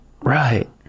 Right